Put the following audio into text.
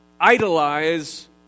idolize